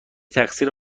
تقصیر